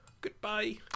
Goodbye